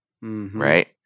Right